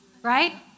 right